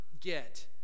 get